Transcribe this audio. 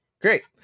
Great